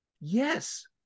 yes